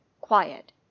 quiet